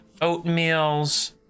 oatmeals